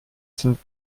sind